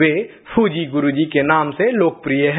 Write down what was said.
वे Fuji Guruji के नाम से लोकप्रिय हैं